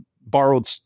borrowed